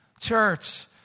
Church